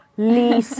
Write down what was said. Lee